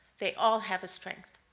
they all have a strength.